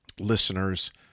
listeners